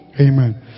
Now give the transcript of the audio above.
amen